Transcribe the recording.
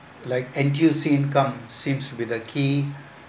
like N_T_U_C income seems to be the key